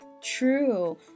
True